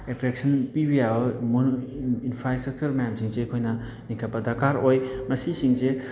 attraction ꯄꯤꯕ ꯌꯥꯕ infrastructure ꯃꯌꯥꯝꯁꯤꯡꯁꯦ ꯑꯩꯈꯣꯏꯅ ꯂꯤꯡꯈꯠꯄ ꯗꯔꯀꯥꯔ ꯑꯣꯏ ꯃꯁꯤꯁꯤꯡꯁꯦ